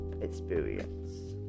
experience